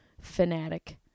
fanatic